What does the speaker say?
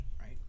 right